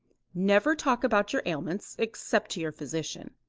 never talk about your ailments except to your physician.